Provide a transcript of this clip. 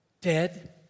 Dead